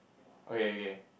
okay okay